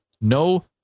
No